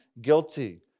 guilty